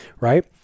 Right